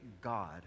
God